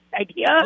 idea